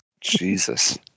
jesus